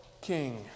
King